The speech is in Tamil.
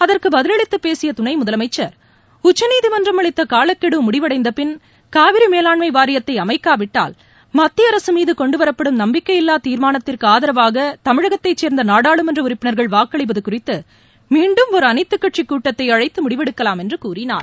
அதற்கு பதில் அளித்து பேசிய துணை முதலமைச்சர் உச்சநீதிமன்றம் அளித்த காலக்கெடு முடிவடைந்தபின் காவிரி மேவாண்மை வாரியத்தை அமைக்காவிட்டால் மத்திய அரசு மீது கொண்டுவரப்படும் நம்பிக்கையில்வா தீர்மானத்திற்கு ஆதரவாக தமிழகத்தைச் சேர்ந்த நாடாளுமன்ற உறுப்பினர்கள் வாக்களிப்பது குறித்து மீண்டும் ஒரு அனைத்துக் கட்சி கூட்டத்தை அழைத்து முடிவெடுக்கலாம் என்று கூறினார்